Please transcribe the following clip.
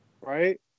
Right